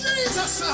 Jesus